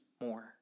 more